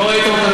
על הצבא שלנו,